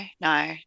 no